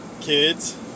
Kids